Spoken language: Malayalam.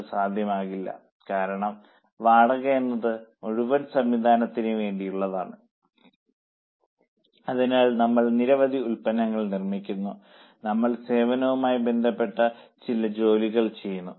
അത് സാധ്യമാകില്ല കാരണം വാടക എന്നത് മുഴുവൻ സംവിധാനത്തിനു വേണ്ടിയുള്ളതാണ് അതിൽ നമ്മൾ നിരവധി ഉൽപ്പന്നങ്ങൾ നിർമ്മിക്കുന്നു നമ്മൾ സേവനവുമായി ബന്ധപ്പെട്ട ചില ജോലികളും ചെയ്യുന്നു